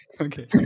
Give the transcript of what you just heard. Okay